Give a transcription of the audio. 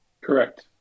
Correct